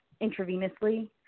intravenously